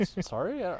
Sorry